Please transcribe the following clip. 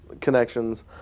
connections